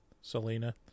Selena